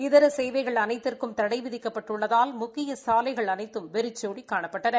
இதர சேவைகள் அனைத்துக்கும் தடை விதிக்ப்பட்டுள்ளதால் முக்கிய சாலைகள் அனைத்தும் வெறிச்சோடி காணப்பட்டன